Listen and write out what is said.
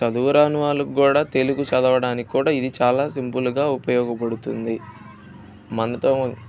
చదువురాని వాళ్లకు కూడా తెలుగు చదవడానికి కూడా ఇది చాలా సింపుల్గా ఉపయోగపడుతుంది మనతోం